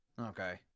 Okay